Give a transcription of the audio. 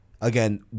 again